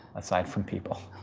aside from people.